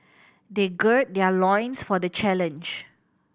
they gird their loins for the challenge